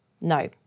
No